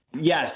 Yes